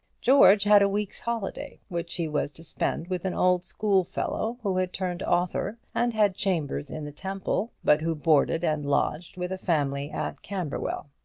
george had a week's holiday, which he was to spend with an old schoolfellow who had turned author, and had chambers in the temple, but who boarded and lodged with a family at camberwell.